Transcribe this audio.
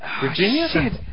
Virginia